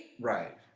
right